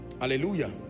Hallelujah